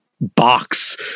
box